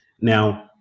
now